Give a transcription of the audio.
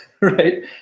right